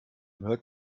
hört